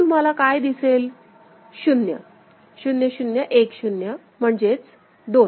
इथे तुम्हाला काय दिसेल 0 0 0 1 0 म्हणजे दोन